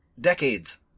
decades